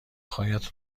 هایت